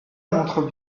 montre